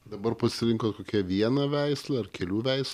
dabar pasirinkot kokią vieną veislę ar kelių veis